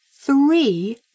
three